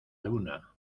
luna